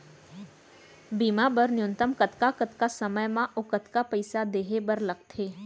बीमा बर न्यूनतम कतका कतका समय मा अऊ कतका पइसा देहे बर लगथे